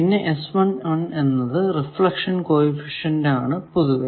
പിന്നെ എന്നത് reflection coefficient ആണ് പൊതുവെ